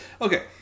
okay